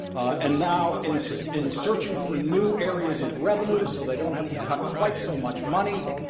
and now in so in searching for new areas of revenue so they don't have to cut quite so much money,